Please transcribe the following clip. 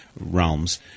realms